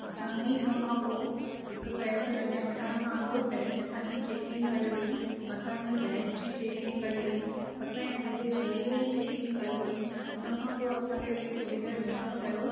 असांजी उनखां पोइ हिकु पहिरों जॾहिं वञण खां अॻु पहिरीं असांजी चैकिंग कई वई असांजी बैग जी चैकिंग कई वई असांजे पूरे शरीर जी चैकिंग कई वई उनखां पोइ असांखे हुते थोरी देरि वेहणो पियो